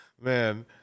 Man